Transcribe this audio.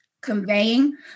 conveying